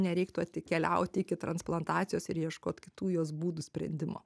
nereiktų atkeliauti iki transplantacijos ir ieškot kitų jos būdų sprendimo